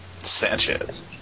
Sanchez